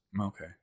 Okay